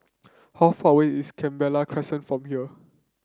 how far away is Canberra Crescent from here